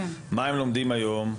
מה הם לומדים היום?